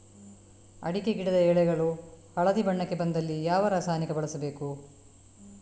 ಅಡಿಕೆ ಗಿಡದ ಎಳೆಗಳು ಹಳದಿ ಬಣ್ಣಕ್ಕೆ ಬಂದಲ್ಲಿ ಯಾವ ರಾಸಾಯನಿಕ ಬಳಸಬೇಕು?